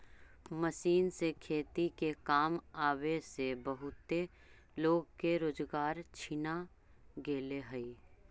machine से खेती के काम होवे से बहुते लोग के रोजगार छिना गेले हई